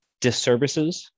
disservices